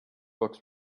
books